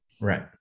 Right